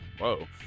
Whoa